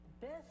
best